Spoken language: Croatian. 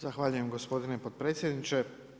Zahvaljujem gospodine potpredsjedniče.